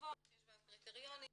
ממוחשבות שיש בהם קריטריונים,